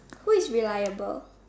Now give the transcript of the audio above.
who is reliable